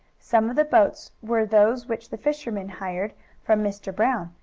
some of the boats were those which the fishermen hired from mr. brown,